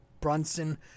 Brunson